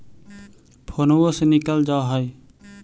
फोनवो से निकल जा है?